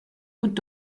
und